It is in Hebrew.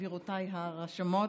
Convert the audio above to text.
גבירותיי הרשמות,